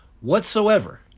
whatsoever